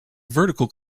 vertical